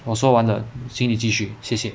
我说完了青泥继续谢谢